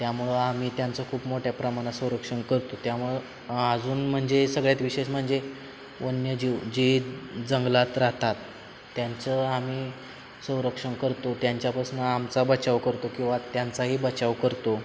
त्यामुळं आम्ही त्यांचं खूप मोठ्या प्रमाणात संरक्षण करतो त्यामुळं अजून म्हणजे सगळ्यात विशेष म्हणजे वन्यजीव जे जंगलात राहतात त्यांचं आम्ही संरक्षण करतो त्यांच्यापासुनं आमचा बचाव करतो किंवा त्यांचाही बचाव करतो